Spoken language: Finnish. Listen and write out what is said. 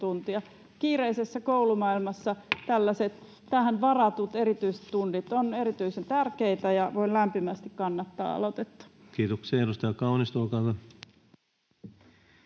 tähän varatut erityistunnit ovat erityisen tärkeitä, ja voin lämpimästi kannattaa aloitetta. Kiitoksia. — Edustaja Kaunisto,